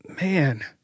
Man